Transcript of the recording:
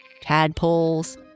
tadpoles